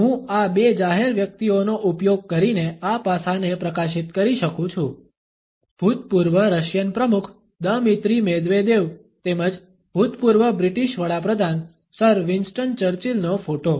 હું આ બે જાહેર વ્યક્તિઓનો ઉપયોગ કરીને આ પાસાને પ્રકાશિત કરી શકું છું ભૂતપૂર્વ રશિયન પ્રમુખ દમિત્રી મેદવેદેવ તેમજ ભૂતપૂર્વ બ્રિટિશ વડા પ્રધાન સર વિન્સ્ટન ચર્ચિલનો ફોટો